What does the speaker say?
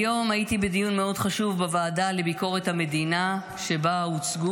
היום הייתי בדיון מאוד חשוב בוועדה לביקורת המדינה שבו הוצגו